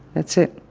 that's it